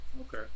okay